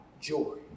joy